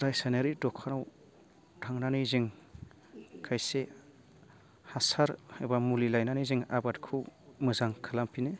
रासायनारि दखानाव थांनानै जों खायसे हासार एबा मुलि लायनानै जों आबादखौ मोजां खालामफिनो